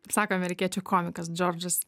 sako amerikiečių komikas džordžas